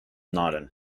laden